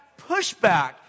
pushback